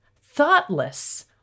thoughtless